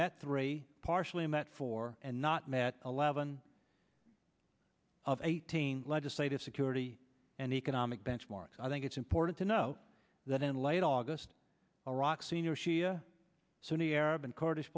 met three partially met four and not met eleven of eighteen legislative security and economic benchmarks i think it's important to no that in late august iraq's senior shia sunni arab and kurdish